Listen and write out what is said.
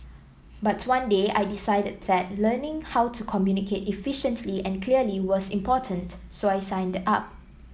but one day I decided that learning how to communicate efficiently and clearly was important so I signed up